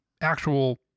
actual